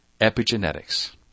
Epigenetics